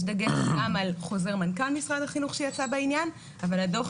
יש דגש גם על חוזר מנכ"ל משרד החינוך שיצא בעניין אבל הדו"ח